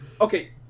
okay